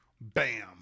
Bam